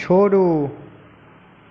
छोड़ू